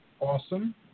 Awesome